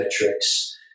metrics